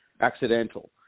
accidental